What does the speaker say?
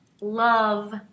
love